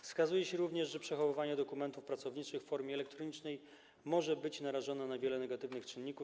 Wskazuje się również, że przechowywanie dokumentów pracowniczych w formie elektronicznej może być narażone na wiele negatywnych czynników.